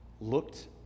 looked